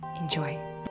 Enjoy